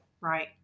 Right